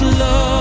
love